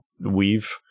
weave